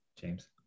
James